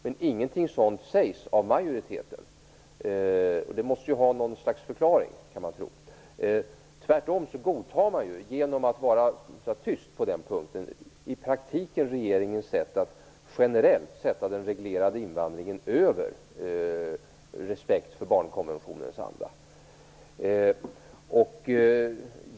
Men ingenting sådant sägs av majoriteten och det måste ju ha något slags förklaring, kan man tro. Tvärtom godtar man i praktiken, genom att vara tyst på den punkten, regeringens sätt att generellt sätta den reglerade invandringen över respekt för barnkonventionens anda.